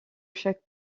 chaque